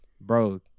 Bro